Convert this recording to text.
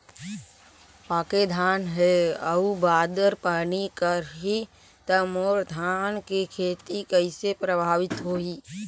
पके धान हे अउ बादर पानी करही त मोर धान के खेती कइसे प्रभावित होही?